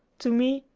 to me,